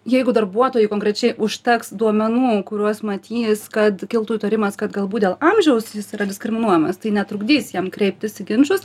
jeigu darbuotojui konkrečiai užteks duomenų kuriuos matys kad kiltų įtarimas kad galbūt dėl amžiaus jis yra diskriminuojamas tai netrukdys jam kreiptis į ginčus